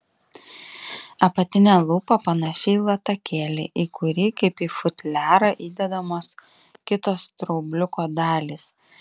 apatinė lūpa panaši į latakėlį į kurį kaip į futliarą įdedamos kitos straubliuko dalys